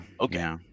Okay